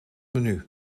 menu